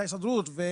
ההסתדרות